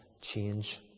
change